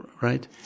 Right